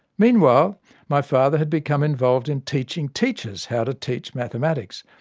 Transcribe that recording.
meanwhile my father had become involved in teaching teachers how to teach mathematics,